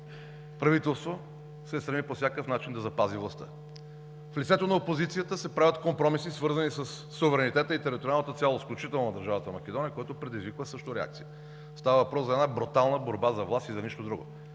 правителство се стреми по всякакъв начин да запази властта. В лицето на опозицията се правят компромиси, свързани със суверенитета и териториалната цялост, включително на държавата Македония, което предизвика също реакция. Става въпрос за една брутална борба за власт и за нищо друго.